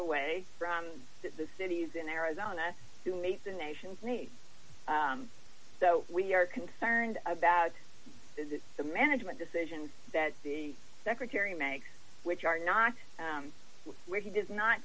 away from the cities in arizona to meet the nation's me so we are concerned about is that the management decisions that the secretary makes which are not where he does not